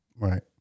Right